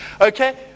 Okay